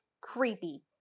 creepy